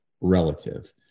relative